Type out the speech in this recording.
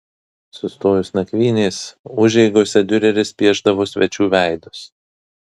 sustojus nakvynės užeigose diureris piešdavo svečių veidus